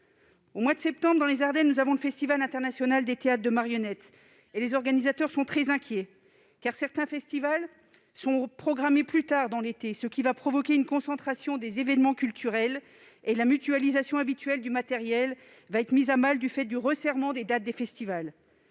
Au mois de septembre, dans les Ardennes, se tient le festival mondial des théâtres de marionnettes : ses organisateurs sont très inquiets, car certains festivals sont reprogrammés plus tard dans l'été, ce qui va provoquer une concentration des événements culturels. La mutualisation habituelle du matériel va être mise à mal du fait du resserrement des dates des festivals.